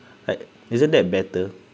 like isn't that better